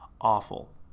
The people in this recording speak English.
awful